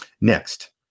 Next